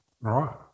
Right